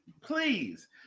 Please